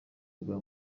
bwa